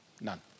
None